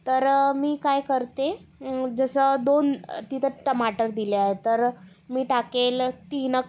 तर मी काय करते जसं दोन तिथं टमाटर दिले आहेत तर मी टाकेल तीन